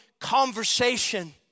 conversation